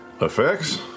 effects